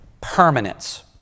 permanence